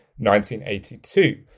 1982